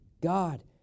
God